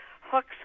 hooks